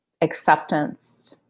acceptance